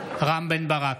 רם בן ברק,